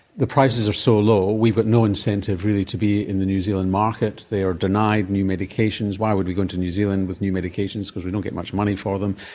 the prices are so low, we've got no incentive really to be in the new zealand market, they are denied new medications, why would we go into new zealand with new medications because we don't get much money for them,